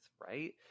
right